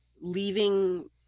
leaving